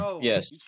Yes